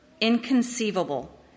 Inconceivable